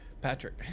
Patrick